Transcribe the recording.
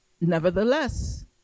Nevertheless